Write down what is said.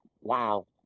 Wow